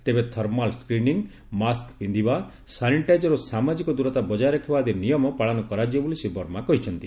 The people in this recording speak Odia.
ତେବେ ଥର୍ମାଲ୍ ସ୍କ୍ରିନିଂ ମାସ୍କ ପିନ୍ବିବା ସାନିଟାଇଜର୍ ଓ ସାମାଜିକ ଦୂରତା ବଜାୟ ରଖିବା ଆଦି ନିୟମ ପାଳନ କରାଯିବ ବୋଲି ଶ୍ରୀ ବର୍ମା କହିଛନ୍ତି